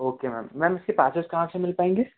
okay ma'am ma'am इसके passes कहाँ से मिल पाएंगे